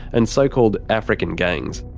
and so-called african gangs.